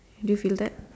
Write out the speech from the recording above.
do you feel that